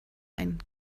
ein